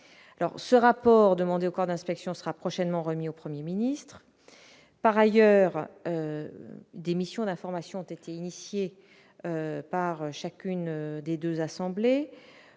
ce rapport demandé au corps d'inspection sera prochainement remis au 1er ministre par ailleurs des missions d'information ont été initiés par chacune des 2 assemblées,